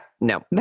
No